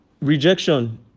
rejection